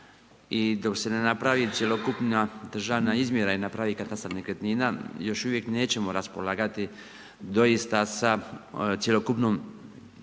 dok se ne napravi cjelokupna državna izmjera i napravi katastar nekretnina još uvijek nećemo raspolagati doista sa cjelokupnom imovinom